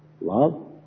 love